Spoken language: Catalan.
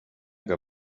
que